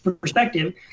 perspective